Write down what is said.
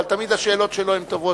אבל תמיד השאלות שלו הן טובות,